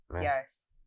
Yes